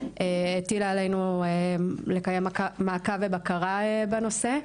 שהטילה עלינו לקיים מעקב ובקרה בנושא.